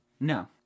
No